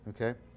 okay